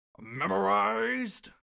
memorized